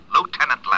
Lieutenant